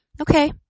Okay